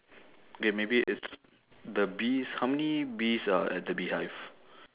K maybe it's the bees how many bees are at the beehive